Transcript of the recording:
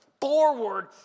forward